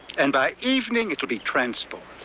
and by evening it'll be transformed.